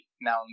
now